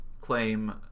claim